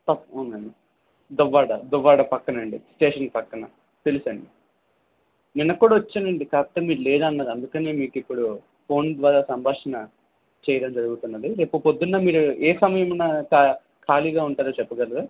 తప్పకుండా అండి దువ్వాడ దువ్వాడ ప్రక్కన అండి స్టేషన్ ప్రక్కన తెలుసండి నిన్న కూడా వచ్చాను అండి కాకపోతే మీరు లేరన్నారు అందుకనే మీకు ఇప్పుడు ఫోన్ ద్వారా సంభాషణ చేయడం జరుగుతున్నది రేపు ప్రొద్దున మీరు ఏ సమయమున ఖా ఖాళీగా ఉంటారో చెప్పగలరా